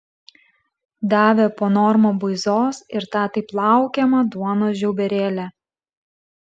davė po normą buizos ir tą taip laukiamą duonos žiauberėlę